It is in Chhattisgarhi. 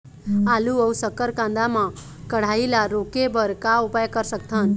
आलू अऊ शक्कर कांदा मा कढ़ाई ला रोके बर का उपाय कर सकथन?